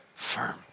firm